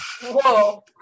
whoa